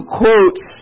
quotes